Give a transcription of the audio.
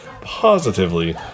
positively